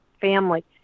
family